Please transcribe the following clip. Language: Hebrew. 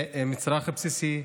זה מצרך בסיסי,